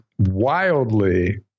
wildly